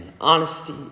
honesty